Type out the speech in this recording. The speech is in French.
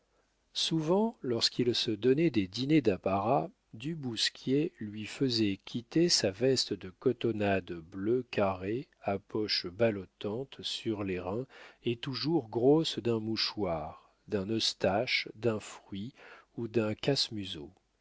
souvent lorsqu'il se donnait des dîners d'apparat du bousquier lui faisait quitter sa veste de cotonnade bleue carrée à poches ballottantes sur les reins et toujours grosses d'un mouchoir d'un eustache d'un fruit ou d'un casse museau